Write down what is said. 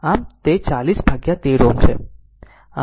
આમ તે 40 ભાગ્યા 13 Ω છે